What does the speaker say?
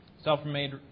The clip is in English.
Self-made